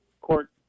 court